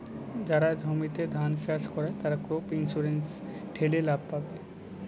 যারা জমিতে ধান চাষ করে, তারা ক্রপ ইন্সুরেন্স ঠেলে লাভ পাবে